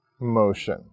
motion